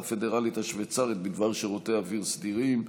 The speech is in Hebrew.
הפדרלית השווייצרית בדבר שירותי אוויר סדירים,